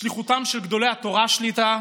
בשליחותם של גדולי התורה שליט"א,